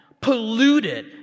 polluted